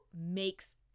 makes